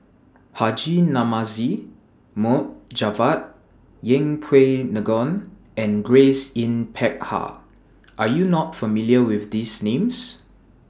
Haji Namazie Mohd Javad Yeng Pway Ngon and Grace Yin Peck Ha Are YOU not familiar with These Names